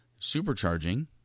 supercharging